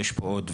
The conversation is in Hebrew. ויש פה עוד.